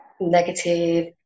negative